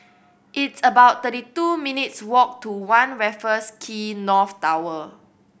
it's about thirty two minutes' walk to One Raffles Quay North Tower